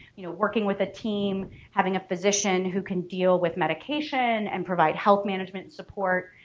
you know working with a team having a physician who can deal with medication and provide health management support,